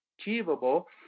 achievable